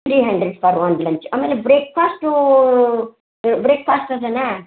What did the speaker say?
three hundred for ಒಂದು lunch ಆಮೇಲೆ breakfast breakfast ಹೋಗೋಣ